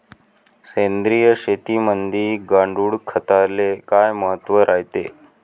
सेंद्रिय शेतीमंदी गांडूळखताले काय महत्त्व रायते?